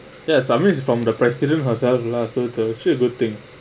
ya I mean it's from the president herself lah so it's actually a good thing